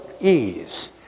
ease